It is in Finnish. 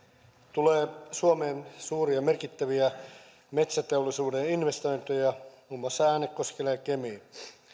tulee suomeen suuria ja merkittäviä metsäteollisuuden investointeja muun muassa äänekoskelle ja kemiin